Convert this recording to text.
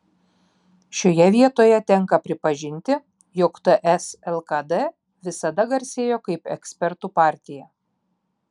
šioje vietoje tenka pripažinti jog ts lkd visada garsėjo kaip ekspertų partija